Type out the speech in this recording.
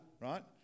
right